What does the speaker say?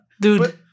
dude